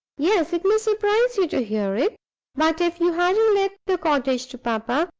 yes. it may surprise you to hear it but if you hadn't let the cottage to papa,